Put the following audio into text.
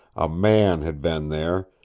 a man had been there,